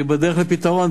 והיא בדרך לפתרון,